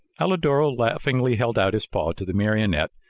alidoro laughingly held out his paw to the marionette,